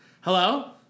Hello